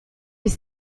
his